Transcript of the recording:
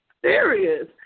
serious